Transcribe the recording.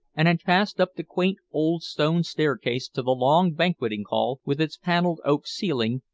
and had passed up the quaint old stone staircase to the long banqueting hall with its paneled oak ceiling,